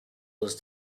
was